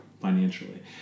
financially